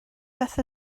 beth